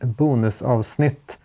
bonusavsnitt